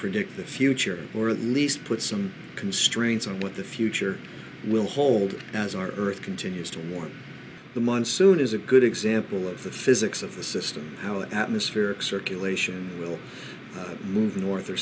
predict the future or at least put some constraints on what the future will hold as our earth continues to warm the monsoon is a good example of the physics of the system how atmospheric circulation will move north or